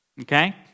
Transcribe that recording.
okay